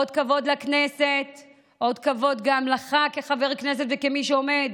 אות כבוד לכנסת ואות כבוד גם לך כחבר כנסת וכמי שעומד